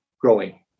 growing